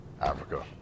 Africa